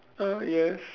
uh yes